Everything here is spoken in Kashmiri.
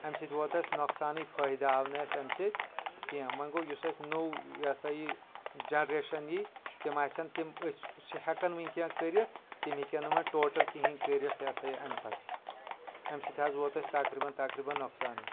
امہِ سۭتۍ ووت اسہِ نۄقصانٕے فٲیدٕ آو نہٕ اسہِ امہِ سۭتۍ کینٛہہ وۄںی گوٚو یُس اسہِ نوٚو یہِ ہسا یہِ جنریشن یی تِم آسن تِم أسۍ چھِ ہٮ۪کان ؤنۍ کینٛہہ کٔرتھ تِم ہٮ۪کن نہٕ وۄنۍ ٹوٹل کہیٖنۍ کٔرتھ یہِ ہسا یہِ امہِ پتہٕ امہِ سۭتۍ حظ ووت اسہِ تقریٖبن تقریٖبن نۄقصانٕے